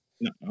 No